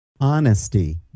Honesty